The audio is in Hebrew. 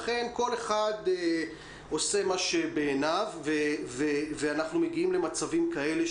לכן כל אחד עושה מה שנכון בעיניו ואנחנו מגיעים למצבים כאלה,